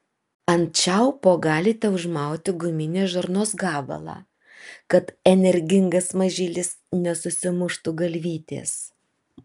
ant čiaupo galite užmauti guminės žarnos gabalą kad energingas mažylis nesusimuštų galvytės